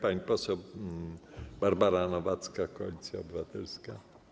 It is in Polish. Pani poseł Barbara Nowacka, Koalicja Obywatelska.